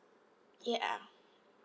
ya